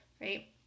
right